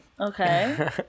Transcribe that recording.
Okay